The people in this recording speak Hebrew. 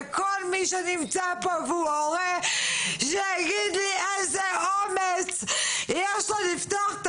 וכל מי שנמצא פה והוא הורה שיגיד לי איזה אומץ יש לו לפתוח את